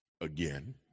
again